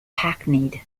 hackneyed